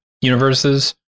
universes